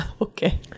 Okay